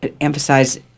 emphasize